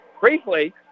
briefly